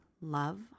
love